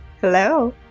Hello